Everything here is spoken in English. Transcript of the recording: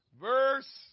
verse